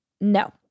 no